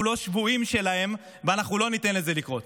אנחנו לא שבויים שלהם ואנחנו לא ניתן לזה לקרות.